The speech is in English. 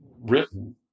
written